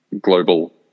global